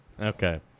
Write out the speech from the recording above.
Okay